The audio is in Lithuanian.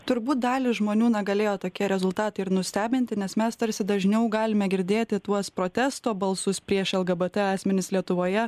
turbūt dalį žmonių na galėjo tokie rezultatai ir nustebinti nes mes tarsi dažniau galime girdėti tuos protesto balsus prieš lgbt asmenis lietuvoje